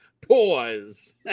pause